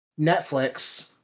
Netflix